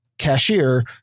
cashier